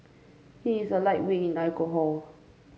he is a lightweight in alcohol